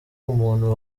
umuntu